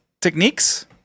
techniques